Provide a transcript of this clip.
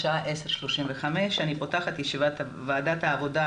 השעה 10:35. אני פותחת את ישיבת ועדת העבודה,